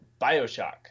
Bioshock